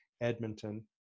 Edmonton